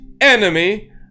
enemy